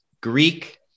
Greek